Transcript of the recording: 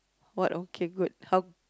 what okay good how